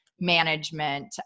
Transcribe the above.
management